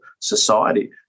society